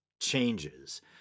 changes